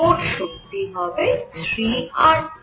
মোট শক্তি হবে 3 R T